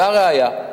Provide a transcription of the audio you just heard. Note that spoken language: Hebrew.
והראיה,